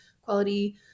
quality